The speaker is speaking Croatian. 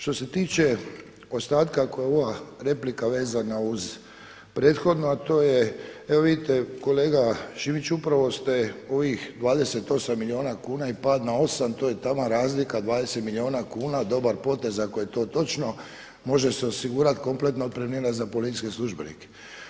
Što se tiče ostatka koje ova replika vezana uz prethodnu a to je, evo vidite kolega Šimić upravo ste ovih 28 milijuna kuna i pad na 8, to je taman razlika 20 milijuna kuna dobar potez ako je to točno, može se osigurati kompletna otpremnina za policijske službenike.